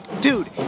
Dude